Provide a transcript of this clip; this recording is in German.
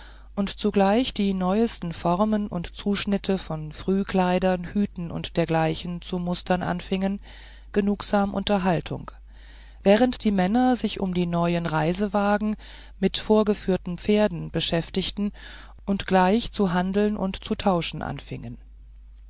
und zugleich die neuesten formen und zuschnitte von frühkleidern hüten und dergleichen zu mustern anfingen genugsame unterhaltung während die männer sich um die neuen reisewagen mit vorgeführten pferden beschäftigten und gleich zu handeln und zu tauschen anfingen